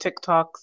TikToks